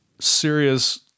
serious